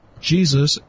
jesus